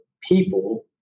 people